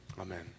Amen